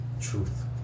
Truth